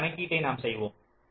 ஒரு கணக்கீட்டை நாம் செய்வோம்